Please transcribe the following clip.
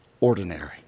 Ordinary